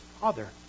father